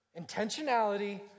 Intentionality